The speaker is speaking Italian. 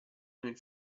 nel